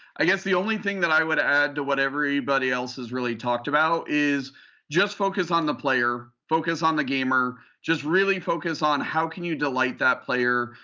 i guess the only thing that i would add to what everybody else has really talked about is just focus on the player. focus on the gamer. just really focus on how can you delight that player.